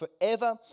forever